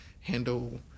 handle